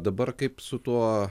dabar kaip su tuo